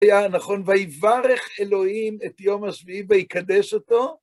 זה היה, נכון, ויברך אלוהים את יום השביעי ויקדש אותו.